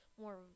more